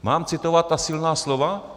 Mám citovat ta silná slova?